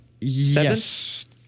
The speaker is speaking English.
Yes